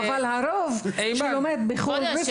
אבל רוב הסטודנטים שלומדים רפואה בחו"ל הם